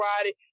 Friday